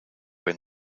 when